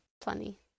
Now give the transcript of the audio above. plenty